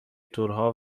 تورها